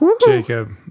Jacob